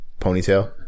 ponytail